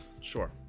sure